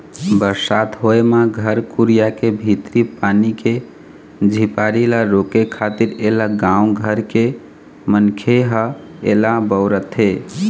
बरसात होय म घर कुरिया के भीतरी पानी के झिपार ल रोके खातिर ऐला गाँव घर के मनखे ह ऐला बउरथे